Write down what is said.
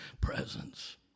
presence